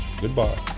goodbye